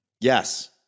Yes